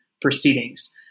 proceedings